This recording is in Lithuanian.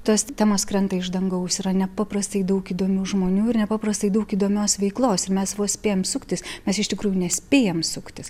tos temos krenta iš dangaus yra nepaprastai daug įdomių žmonių ir nepaprastai daug įdomios veiklos ir mes vos spėjam suktis mes iš tikrųjų nespėjam suktis